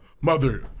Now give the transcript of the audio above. Mother